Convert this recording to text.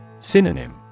Synonym